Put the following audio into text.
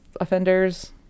offenders